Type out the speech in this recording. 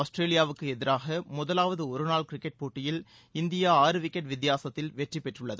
ஆஸ்திரேலியாவுக்கு எதிராக முதலாவது ஒருநாள் கிரிக்கெட் போட்டியில் இந்தியா ஆறு விக்கெட் வித்தியாசத்தில் வெற்றி பெற்றுள்ளது